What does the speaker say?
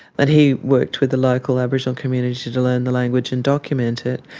but he worked with the local aboriginal community to to learn the language and document it.